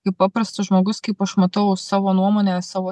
kaip paprastas žmogus kaip aš matau savo nuomonę savo